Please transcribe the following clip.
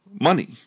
money